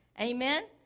Amen